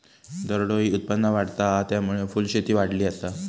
दरडोई उत्पन्न वाढता हा, त्यामुळे फुलशेती वाढली आसा